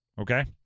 okay